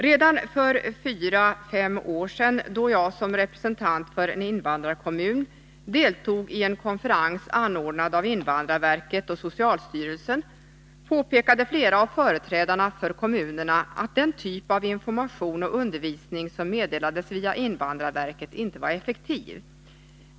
Redan för fyra fem år sedan, då jag som representant för en invandrarkommun deltog i en konferens anordnad av invandrarverket och socialstyrelsen påpekade flera av företrädarna för kommunerna att den typ av information och undervisning som meddelades via invandrarverket inte var effektiv.